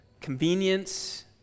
convenience